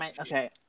Okay